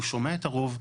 הוא שומע את הרוב,